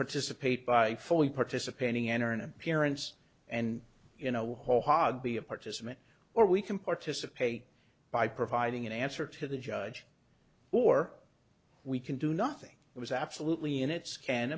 participate by fully participating in or an appearance and you know whole hog be a participant or we can participate by providing an answer to the judge or we can do nothing it was absolutely in its can